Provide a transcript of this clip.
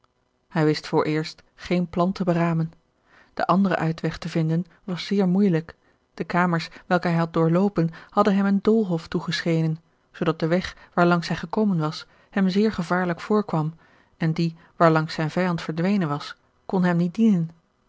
hij wist vooreerst geen plan te beramen den anderen uitweg te vinden was zeer moeijelijk de kamers welke hij had doorloopen hadden hem een doolhof toegeschenen zoodat de weg waarlangs hij gekomen was hem zeer gevaarlijk voorkwam en die waar langs zijn vijand verdwenen was kon hem niet dienen